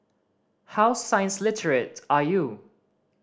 how science literate are you